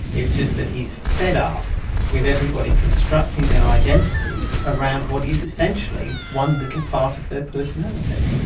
it's just that he's fed up with everybody constructing their identities around what is essentially one little part of their personality.